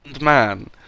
man